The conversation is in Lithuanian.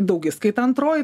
daugiskaita antroji